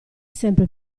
sempre